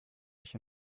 mich